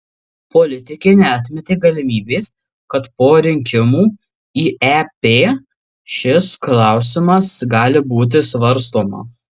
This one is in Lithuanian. politikė neatmetė galimybės kad po rinkimų į ep šis klausimas gali būti svarstomas